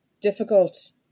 difficult